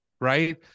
right